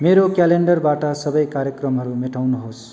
मेरो क्यालेन्डरबाट सबै कार्यक्रमहरू मेटाउनुहोस्